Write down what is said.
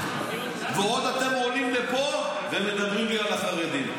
הוא לא היה טכנאי בחיל האוויר.